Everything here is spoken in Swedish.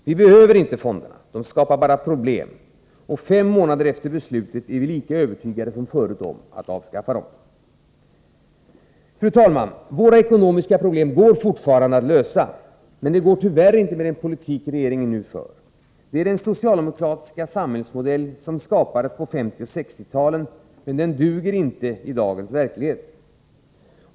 Vi behöver inte dessa fonder. De skapar bara problem. Fem månader efter beslutet är vi lika övertygade som förut om att vi måste avskaffa dem. Fru talman! Våra ekonomiska problem går fortfarande att lösa. Men det går tyvärr inte med den politik som regeringen nu för. Det är den socialdemokratiska samhällsmodell som skapades på 1950 och 1960-talen, men den duger inte i dagens verklighet.